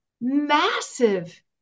Massive